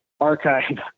Archive